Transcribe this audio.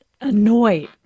annoyed